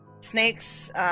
Snakes